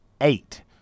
eight